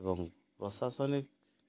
ଏବଂ ପ୍ରଶାସନିକ